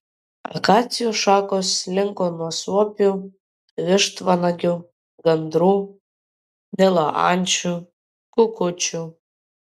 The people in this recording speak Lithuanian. akacijų šakos linko nuo suopių vištvanagių gandrų nilo ančių kukučių